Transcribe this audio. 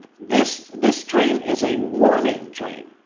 this this dream is a warning dream,